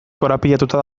korapilatuta